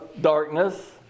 darkness